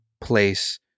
place